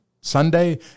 Sunday